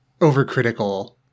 overcritical